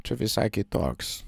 čia visai kitoks